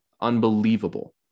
unbelievable